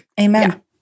Amen